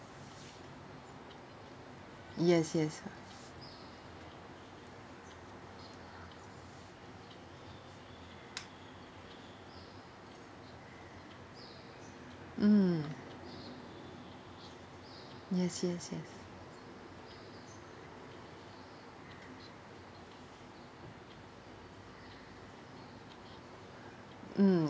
yes yes mm yes yes yes mm